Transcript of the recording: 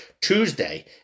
Tuesday